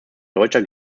deutscher